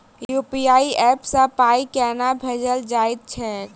UPI app सँ पाई केना भेजल जाइत छैक?